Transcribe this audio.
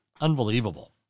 Unbelievable